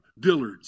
Dillards